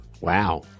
Wow